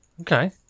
Okay